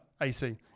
AC